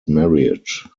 marriage